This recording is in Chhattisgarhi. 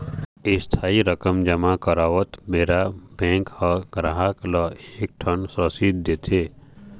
इस्थाई रकम जमा करवात बेरा बेंक ह गराहक ल एक ठन रसीद देथे